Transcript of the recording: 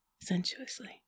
sensuously